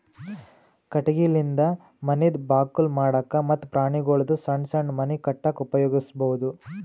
ಕಟಗಿಲಿಂದ ಮನಿದ್ ಬಾಕಲ್ ಮಾಡಕ್ಕ ಮತ್ತ್ ಪ್ರಾಣಿಗೊಳ್ದು ಸಣ್ಣ್ ಸಣ್ಣ್ ಮನಿ ಕಟ್ಟಕ್ಕ್ ಉಪಯೋಗಿಸಬಹುದು